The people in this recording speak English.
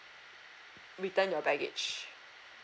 return your baggage